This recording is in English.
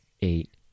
eight